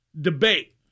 debate